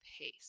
pace